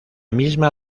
misma